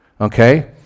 Okay